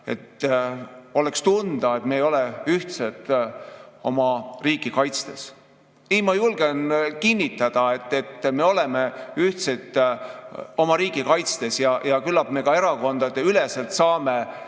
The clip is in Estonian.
ja oleks tunda, et me ei ole ühtsed oma riiki kaitstes. Ma julgen kinnitada, et me oleme ühtsed oma riiki kaitstes, ja küllap me saame ka erakondadeüleselt nendest